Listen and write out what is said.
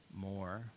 more